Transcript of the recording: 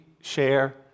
share